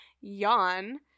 yawn